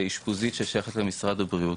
באשפוזית ששייכת למשרד הבריאות,